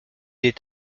est